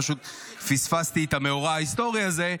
פשוט פספסתי את המאורע ההיסטורי הזה,